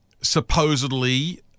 Supposedly